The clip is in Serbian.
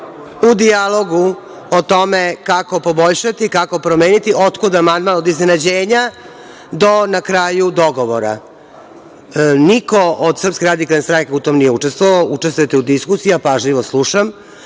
u dijalogu o tome kako poboljšati, kako promeniti, otkud amandman, od iznenađenja do na kraju dogovora. Niko iz SRS u tome nije učestvovao. Učestvujete u diskusiji, ja pažljivo slušam,